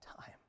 time